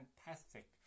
fantastic